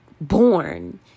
born